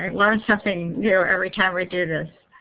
learn something new every time we do this.